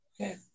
Okay